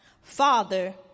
Father